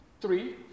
three